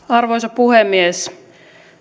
arvoisa puhemies